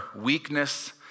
weakness